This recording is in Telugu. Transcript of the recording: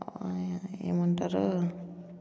ఏమంటారు